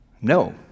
No